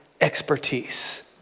expertise